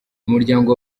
umuryango